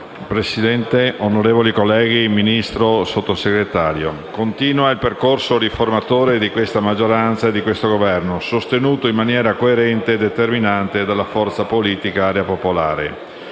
Presidente, onorevoli colleghi, signor Ministro, signora Sottosegretario, continua il percorso riformatore di questa maggioranza e di questo Governo, sostenuto in maniera coerente e determinante dalla forza politica Area Popolare.